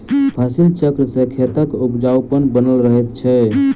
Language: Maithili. फसिल चक्र सॅ खेतक उपजाउपन बनल रहैत छै